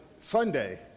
Sunday